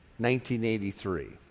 1983